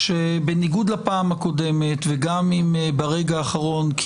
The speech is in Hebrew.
שבניגוד לפעם הקודמת וגם אם ברגע האחרון,